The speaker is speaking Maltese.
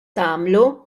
tagħmlu